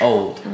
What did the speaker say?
Old